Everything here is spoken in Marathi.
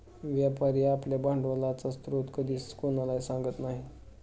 व्यापारी आपल्या भांडवलाचा स्रोत कधीच कोणालाही सांगत नाही